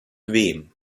wem